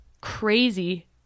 crazy